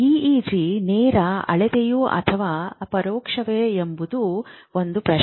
EEG ನೇರ ಅಳತೆಯೋ ಅಥವಾ ಪರೋಕ್ಷವೇ ಎಂಬುದು ಒಂದು ಪ್ರಶ್ನೆ